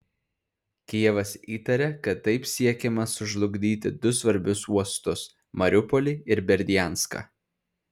kijevas įtaria kad taip siekiama sužlugdyti du svarbius uostus mariupolį ir berdianską